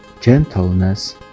gentleness